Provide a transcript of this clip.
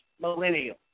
millennial